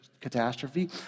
catastrophe